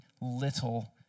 little